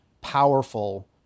powerful